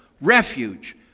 refuge